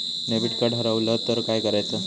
Debit card हरवल तर काय करायच?